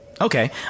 Okay